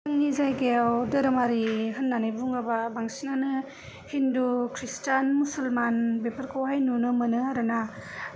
आंनि जायगायाव धोरोमारि होनानै बुङोबा बांसिनानो हिन्दु खृष्टान मसुलमान बेफोरखौहाय नुनो मोनो आरोना